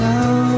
Now